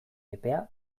epea